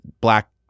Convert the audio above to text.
black